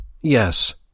Yes